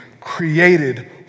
created